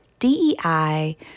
DEI